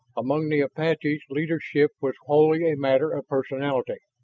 among the apaches, leadership was wholly a matter of personality.